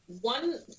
one